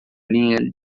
linha